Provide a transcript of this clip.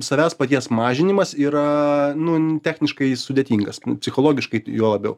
savęs paties mažinimas yra nu n techniškai jis sudėtingas psichologiškai juo labiau